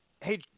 Hey